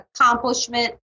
accomplishment